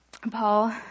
Paul